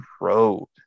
road